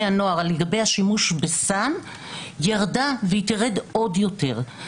הנוער לגבי השימוש בסם ירדה והיא תרד עוד יותר.